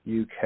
UK